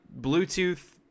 Bluetooth